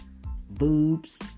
boobs